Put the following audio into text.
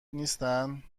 نیستن